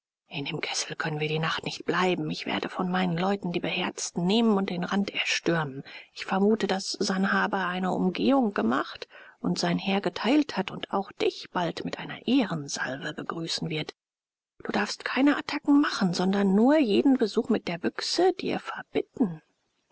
in dem kessel können wir die nacht nicht bleiben ich werde von meinen leuten die beherzten nehmen und den rand erstürmen ich vermute daß sanhabe eine umgehung gemacht und sein heer geteilt hat und auch dich bald mit einer ehrensalve begrüßen wird du darfst keine attacken machen sondern nur jeden besuch mit der büchse dir verbitten